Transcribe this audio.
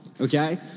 Okay